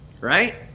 right